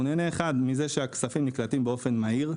הוא נהנה מזה שהכספים נקלטים באופן מהיר.